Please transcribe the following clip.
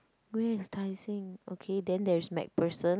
where is Tai-Seng okay then there is MacPherson